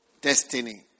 destiny